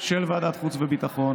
של ועדת החוץ והביטחון